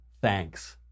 Thanks